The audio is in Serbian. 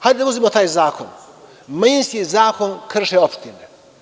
Hajde da uzmemo taj zakon, manjinski zakon krše opštine.